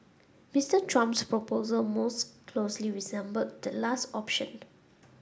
Mister Trump's proposal most closely resembled the last option